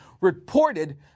reported